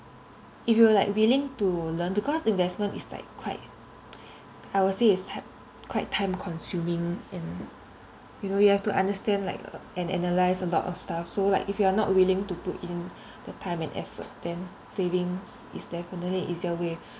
if you're like willing to learn because investment is like quite I will say it's ha~ quite time consuming in you know you have to understand like a~ and analyse a lot of stuff so like if you are not willing to put in the time and effort then savings is definitely an easier way